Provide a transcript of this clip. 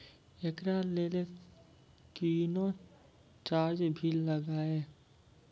एकरा लेल कुनो चार्ज भी लागैये?